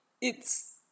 it's-